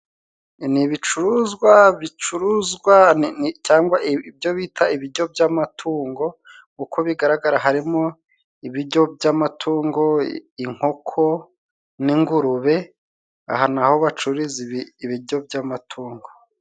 Ni ibicuruzwa bicuruzwa cyangwa ibyo bita ibiryo by'amatungo. Uko bigaragara harimo ibiryo by'amatungo, inkoko n'ingurube. Aha ni aho bacururiza ibiryo by'amatungo.